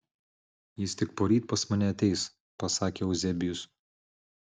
jis tik poryt pas mane ateis pasakė euzebijus